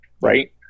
right